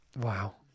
Wow